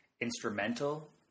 Instrumental